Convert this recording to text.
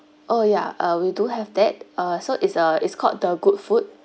oh yeah uh we do have that uh so is uh is called the good food